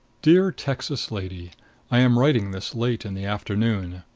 dear texas lady i am writing this late in the afternoon.